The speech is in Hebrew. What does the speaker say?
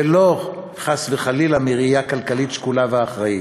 ולא חס וחלילה מראייה כלכלית שקולה ואחראית.